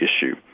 issue